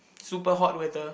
super hot weather